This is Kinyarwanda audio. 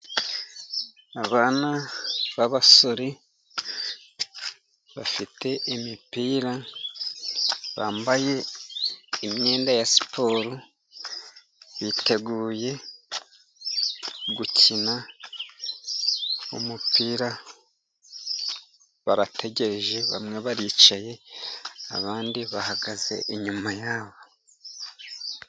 Abana b'abasore bafite imipira, bambaye imyenda ya siporo. Biteguye gukina umupira. Barategereje, bamwe baricaye, abandi bahagaze inyuma yabo.